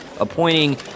appointing